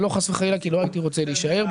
ולא חס וחלילה כי לא הייתי רוצה להישאר.